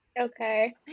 Okay